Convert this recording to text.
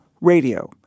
Radio